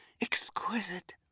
exquisite